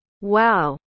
wow